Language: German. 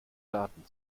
daten